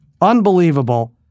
Unbelievable